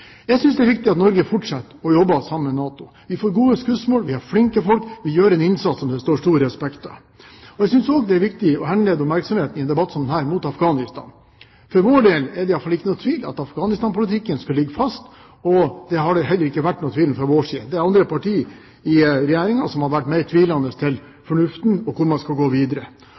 Jeg synes det er viktig at Norge fortsetter å jobbe sammen med NATO. Vi får gode skussmål, vi har flinke folk, og vi gjør en innsats som det står stor respekt av. Jeg synes også det er viktig i en debatt som dette å henlede oppmerksomheten mot Afghanistan. For vår del er det iallfall ikke noen tvil om at Afghanistan-politikken skal ligge fast. Det har det heller ikke vært noen tvil om fra vår side. Det er andre partier i Regjeringen som har vært mer tvilende til fornuften i det og til hvor man skal gå videre.